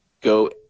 go